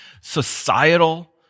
societal